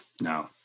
No